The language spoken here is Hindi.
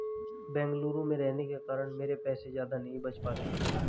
बेंगलुरु में रहने के कारण मेरे पैसे ज्यादा नहीं बच पाते